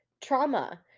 trauma